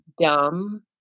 dumb